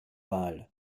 wahl